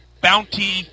Bounty